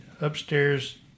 upstairs